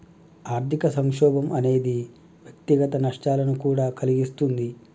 ఆర్థిక సంక్షోభం అనేది వ్యక్తిగత నష్టాలను కూడా కలిగిస్తుంది